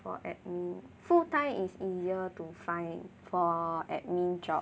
for admin full time is easier to find for admin job